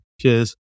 Cheers